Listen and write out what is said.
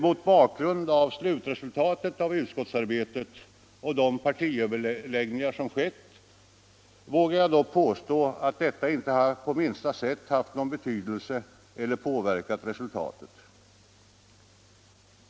Mot bakgrund av slutresultatet av utskottsarbetet och de partiledaröverläggningar som skett vågar jag dock påstå, att detta inte på minsta sätt haft någon betydelse eller påverkat resultatet.